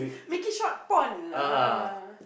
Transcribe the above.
make it short porn lah